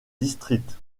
district